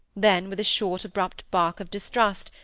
then, with a short, abrupt bark of distrust,